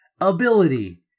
Ability